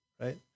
right